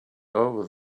over